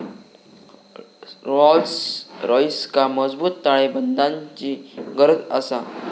Rolls रॉइसका मजबूत ताळेबंदाची गरज आसा